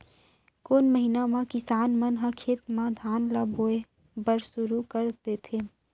कोन महीना मा किसान मन ह खेत म धान ला बोये बर शुरू कर देथे?